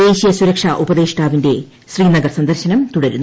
ദേശീയ സുരക്ഷാ ഉപദേഷ്ടാവിന്റെ ശ്രീനഗർ സന്ദർശനം തുടരുന്നു